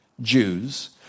Jews